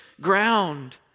ground